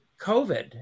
COVID